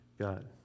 God